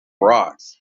rocks